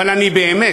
אבל אני באמת,